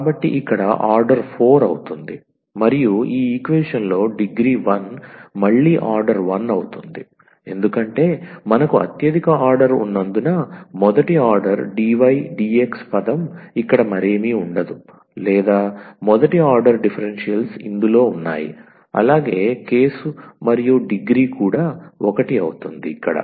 కాబట్టి ఇక్కడ ఆర్డర్ 4 అవుతుంది మరియు ఈ ఈక్వేషన్ లో డిగ్రీ 1 మళ్ళీ ఆర్డర్ 1 అవుతుంది ఎందుకంటే మనకు అత్యధిక ఆర్డర్ ఉన్నందున మొదటి ఆర్డర్ 𝑑𝑦 𝑑𝑥 పదం ఇక్కడ మరేమీ ఉండదు లేదా మొదటి ఆర్డర్ డిఫరెన్షియల్స్ ఇందులో ఉన్నాయి అలాగే కేసు మరియు డిగ్రీ కూడా 1 అవుతుంది ఇక్కడ